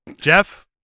Jeff